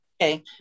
Okay